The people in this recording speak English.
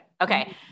Okay